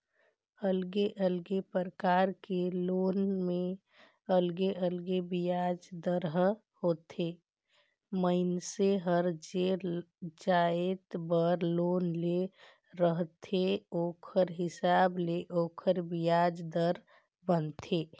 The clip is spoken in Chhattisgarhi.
अलगे अलगे परकार के लोन में अलगे अलगे बियाज दर ह होथे, मइनसे हर जे जाएत बर लोन ले रहथे ओखर हिसाब ले ओखर बियाज दर बनथे